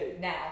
now